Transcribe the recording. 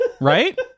right